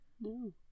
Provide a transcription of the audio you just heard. No